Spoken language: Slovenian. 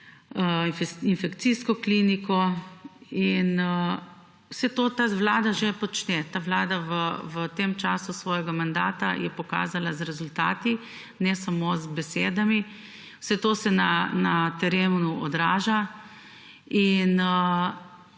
infekcijsko kliniko, vse to ta vlada že počne. Ta vlada je v času svojega mandata pokazala z rezultati, ne samo z besedami. Vse to se na terenu odraža in